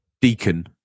Deacon